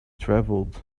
travelled